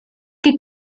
que